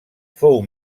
fou